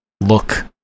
look